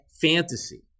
fantasy